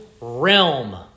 realm